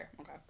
Okay